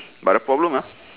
but the problem !huh!